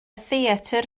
theatr